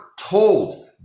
told